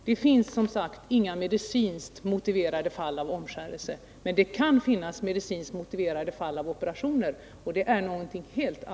Det finns, som sagt, inga